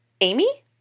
Amy